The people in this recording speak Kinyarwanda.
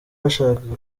yashakaga